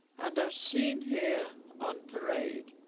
and are seen here on parade